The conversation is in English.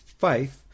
faith